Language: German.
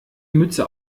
mütze